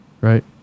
Right